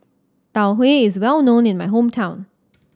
Tau Huay is well known in my hometown